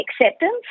acceptance